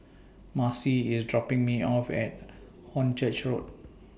Marci IS dropping Me off At Hornchurch Road